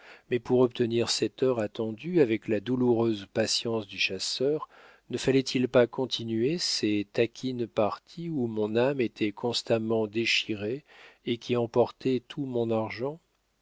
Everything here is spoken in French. mais pour obtenir cette heure attendue avec la douloureuse patience du chasseur ne fallait-il pas continuer ces taquines parties où mon âme était constamment déchirée et qui emportaient tout mon argent